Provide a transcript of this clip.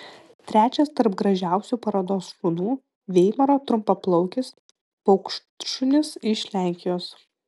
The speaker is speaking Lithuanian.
trečias tarp gražiausių parodos šunų veimaro trumpaplaukis paukštšunis iš lenkijos